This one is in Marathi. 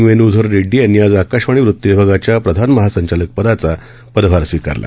वेणुधर रेड्डी यांनी आज आकाशवाणी वृतविभागाच्या प्रधान महासंचालकपदाचा पदभार स्वीकारला